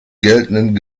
geltenden